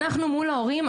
אנחנו מול ההורים,